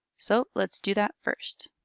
so let's do that first.